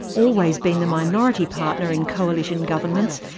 always been the minority partner in coalition governments,